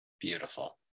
Beautiful